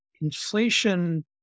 inflation